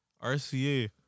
RCA